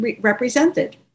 represented